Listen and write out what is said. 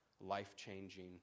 life-changing